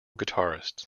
guitarists